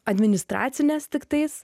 administracinės tiktais